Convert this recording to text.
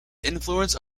influence